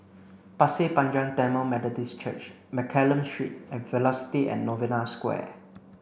Pasir Panjang Tamil Methodist Church Mccallum Street and Velocity and Novena Square